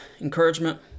encouragement